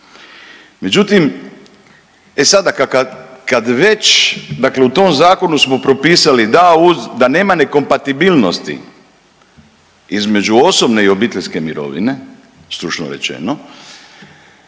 već dakle u tom Zakonu smo propisali da uz, da nema kompatibilnosti između osobne i obiteljske mirovine, stručno rečeno,